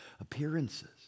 appearances